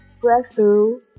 breakthrough